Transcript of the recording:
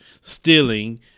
stealing